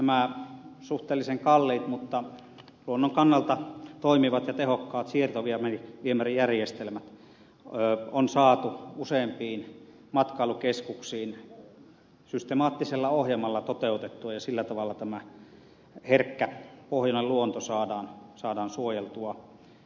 nämä suhteellisen kalliit mutta luonnon kannalta toimivat ja tehokkaat siirtoviemärijärjestelmät on saatu useimpiin matkailukeskuksiin systemaattisella ohjelmalla toteutetuksi ja sillä tavalla tämä herkkä pohjoinen luonto saadaan suojelluksi